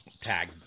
tag